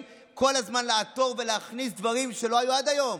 כל הזמן לעתור ולהכניס דברים שלא היו עד היום.